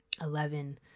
Eleven